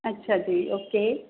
ਅੱਛਾ ਜੀ ਓਕੇ